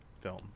film